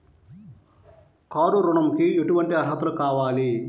Car ఋణంకి ఎటువంటి అర్హతలు కావాలి?